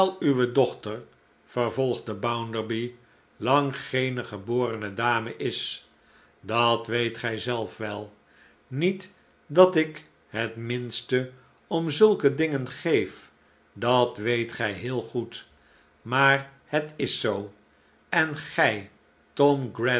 uwe dochter vervolgde bounderby lang geene geborene dame is dat weet gij zelf wel niet dat ik het minste om zulke dingen geef dat weet gii heel goed maar het is zoo en gij tom